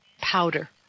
powder